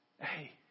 Hey